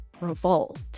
revolt